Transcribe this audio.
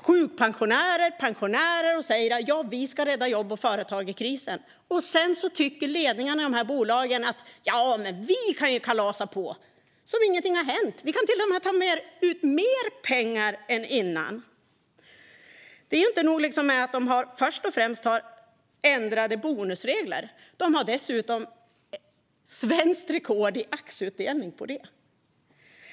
sjukpensionärer och pensionärer - upp och säger: Vi ska rädda jobb och företag i krisen. Sedan tycker ledningen i dessa bolag att man kan kalasa på som om ingenting har hänt och att man till och med kan ta ut mer pengar än tidigare. Inte nog med att man har ändrat bonusreglerna - man har dessutom svenskt rekord i aktieutdelning.